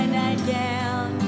nightgown